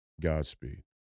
Godspeed